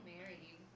married